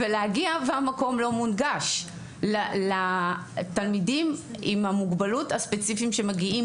ולהגיע והמקום לא מונגש לתלמיד עם המוגבלות הספציפיים שמגיעים